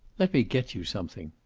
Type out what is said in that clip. let me get you something.